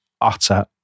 utter